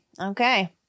Okay